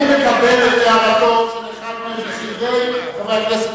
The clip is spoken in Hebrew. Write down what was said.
אני מקבל את הערתו של אחד מבכירי חברי הכנסת,